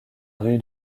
rue